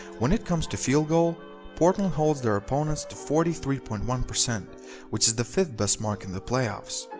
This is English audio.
when it comes to field goal portland holds their opponents to forty three point one which which is the fifth best mark in the playoffs.